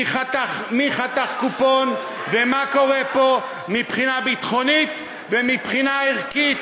מי חתך קופון ומה קורה פה מבחינה ביטחונית ומבחינה ערכית,